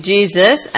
Jesus